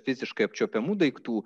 fiziškai apčiuopiamų daiktų